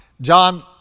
John